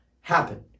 happen